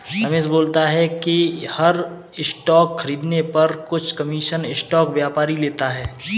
रमेश बोलता है कि हर स्टॉक खरीदने पर कुछ कमीशन स्टॉक व्यापारी लेता है